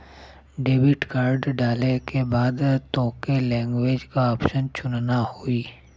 debit card डाले के बाद तोके लैंग्वेज क ऑप्शन चुनना होई